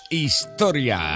historia